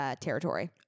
territory